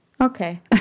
Okay